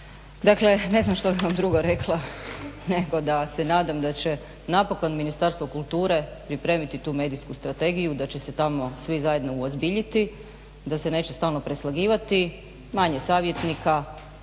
Dakle ne znam što bih vam drugo rekla nego da se nadam da će napokon Ministarstvo kulture pripremiti tu medijsku strategiju da će se tamo svi zajedno uozbiljiti, da se neće stalno preslagivati, manje savjetnika,